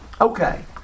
Okay